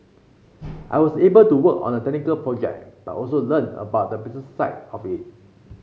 I was able to work on a technical project but also learn about the business side of it